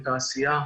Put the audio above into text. מתעשייה.